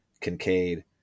Kincaid